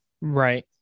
Right